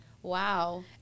Wow